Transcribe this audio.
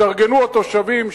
התארגנו התושבים,